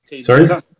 Sorry